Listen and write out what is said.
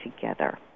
together